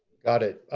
got it.